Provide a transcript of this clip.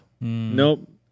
Nope